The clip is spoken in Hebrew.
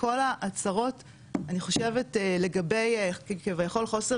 וכל ההצהרות אני חושבת לגבי כביכול חוסר